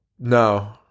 No